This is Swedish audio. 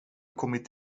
kommit